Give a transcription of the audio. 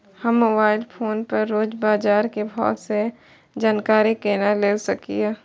हम mobile phone पर रोज बाजार के भाव के जानकारी केना ले सकलिये?